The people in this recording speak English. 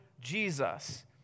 Jesus